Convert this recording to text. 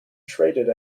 traded